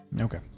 Okay